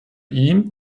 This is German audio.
ihm